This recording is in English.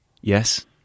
yes